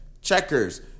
Checkers